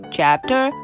Chapter